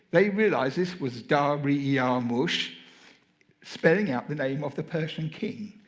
they realised this was da-ree-uh-mush spelling out the name of the persian king.